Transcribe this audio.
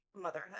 motherhood